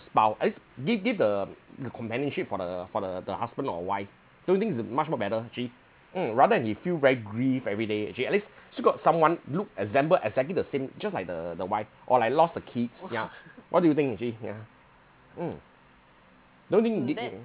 spouse eh give give the the companionship for the for the the husband or wife don't you think it's much more better actually mm rather than you feel very grieved everyday actually at least still got someone look assemble exactly the same just like the the wife or like lost a kid yeah what do you think actually yeah mm don't you think